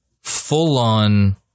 full-on